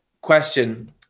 question